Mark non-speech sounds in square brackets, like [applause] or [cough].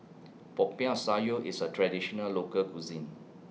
Popiah [noise] Sayur IS A Traditional Local Cuisine